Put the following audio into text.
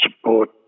support